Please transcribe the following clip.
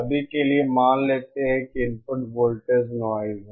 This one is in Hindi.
अभी के लिए मान लेते हैं कि इनपुट वोल्टेज नाइज है